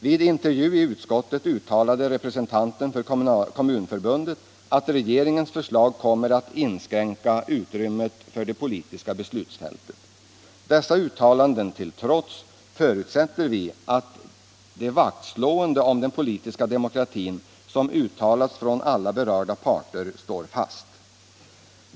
Vid intervju i utskottet uttalade representanten för Kommunförbundet att regeringens förslag kommer att inskränka utrymmet för det politiska beslutsfältet. Dessa uttalanden till trots förutsätter vi att det vaktslående om den politiska demokratin, som uttalats från alla berörda parter, står fast.